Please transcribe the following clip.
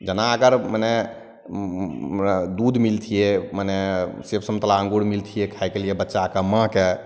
जेना अगर मने उँ उँ एँ दूध मिलतिए मने सेब सन्तोला अङ्गूर मिलतिए खाएके लिए बच्चाकेँ माँकेँ